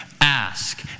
ask